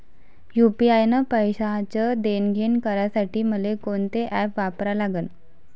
UPI न पैशाचं देणंघेणं करासाठी मले कोनते ॲप वापरा लागन?